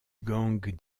gang